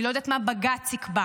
אני לא יודעת מה בג"ץ יקבע.